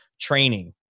training